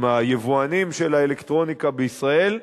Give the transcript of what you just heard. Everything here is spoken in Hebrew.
עם היבואנים של מוצרי האלקטרוניקה בישראל,